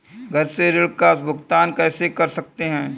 घर से ऋण का भुगतान कैसे कर सकते हैं?